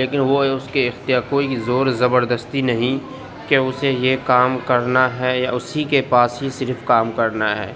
لیکن وہ اس کے اختیا کوئی زور زبردستی نہیں کہ اسے یہ کام کرنا ہے یا اسی کے پاس ہی سے صرف کام کرنا ہے